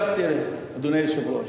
אדוני היושב-ראש,